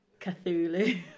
Cthulhu